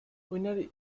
winner